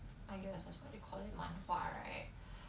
I guess that's what you call it 漫画 right